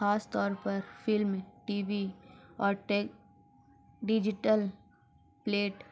خاص طور پر فلم ٹی وی اور ڈیجیٹل پلیٹ